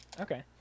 Okay